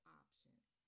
options